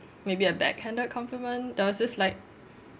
maybe a back handed compliment there was this like